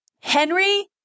Henry